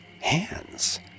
Hands